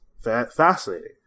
fascinating